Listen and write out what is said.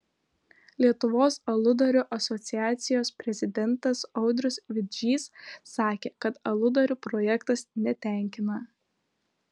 lietuvos aludarių asociacijos prezidentas audrius vidžys sakė kad aludarių projektas netenkina